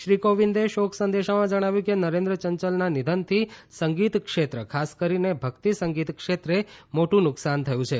શ્રી કોવિંદે શોક સંદેશામાં જણાવ્યું કે નરેન્દ્ર ચંચદલના નિધનથી સંગીત ક્ષેત્ર ખાસ કરીને ભક્તિ સંગીત ક્ષેત્રે મોટું નુકસાન થયું છે